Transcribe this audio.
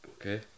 Okay